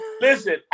Listen